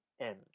end